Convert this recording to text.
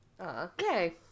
Okay